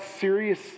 serious